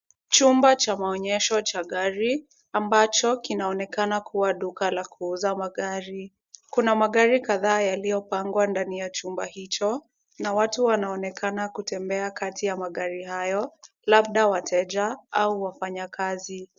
Chumba cha maonyesho cha gari ambacho kinaonekana kuwa duka la kuuza magari. Kuna magari kadhaa yaliyopangwa ndani ya chumba hicho na watu wanaonekana kutembea kati ya magari hayo labda wateja au wafanyikazi.